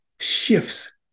shifts